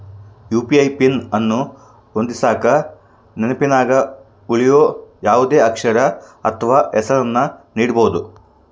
UPI PIN ಅನ್ನು ಹೊಂದಿಸಕ ನೆನಪಿನಗ ಉಳಿಯೋ ಯಾವುದೇ ಅಕ್ಷರ ಅಥ್ವ ಹೆಸರನ್ನ ನೀಡಬೋದು